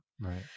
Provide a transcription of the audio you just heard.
Right